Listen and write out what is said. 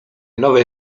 nowy